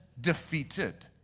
defeated